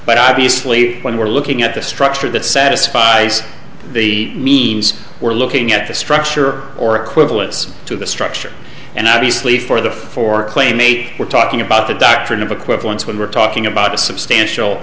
but obviously when we're looking at the structure that satisfies the means we're looking at the structure or equivalents to the structure and obviously for the for playmate we're talking about the doctrine of equivalence when we're talking about a substantial